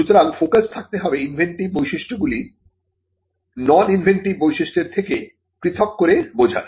সুতরাং ফোকাস থাকতে হবে ইনভেন্টিভ বৈশিষ্ট্যগুলি নন ইনভেন্টিভ বৈশিষ্ট্যের থেকে পৃথক করে বোঝার